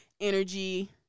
energy